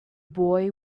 boy